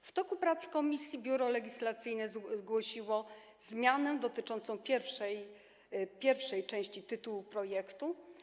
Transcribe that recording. W toku prac w komisji Biuro Legislacyjne zgłosiło zmianę dotyczącą pierwszej części tytułu projektu.